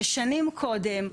ששנים קודם,